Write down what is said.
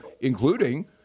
including